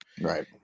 Right